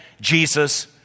Jesus